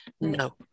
No